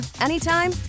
anytime